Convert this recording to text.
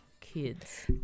kids